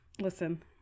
Listen